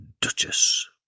Duchess